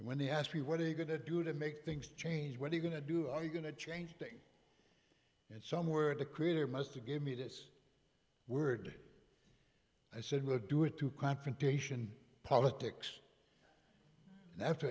and when he asked me what are you going to do to make things change what are you going to do are you going to change things it's somewhere in the creator must a give me this word i said would do it to confrontation politics after